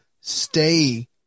stay